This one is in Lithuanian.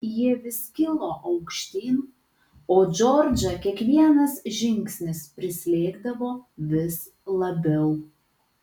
jie vis kilo aukštyn o džordžą kiekvienas žingsnis prislėgdavo vis labiau